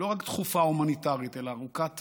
לא רק דחופה, הומניטרית, אלא ארוכת טווח,